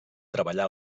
treballà